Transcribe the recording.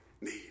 Need